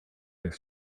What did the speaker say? their